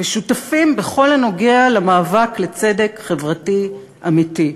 ושותפים בכל הנוגע למאבק לצדק חברתי אמיתי.